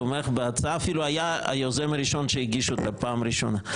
תומך בהצעה ואפילו היה היוזם הראשון שהגיש אותה בפעם הראשונה.